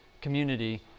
community